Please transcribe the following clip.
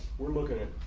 we're looking at